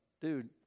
dude